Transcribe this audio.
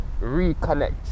reconnect